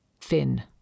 Fin